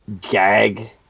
gag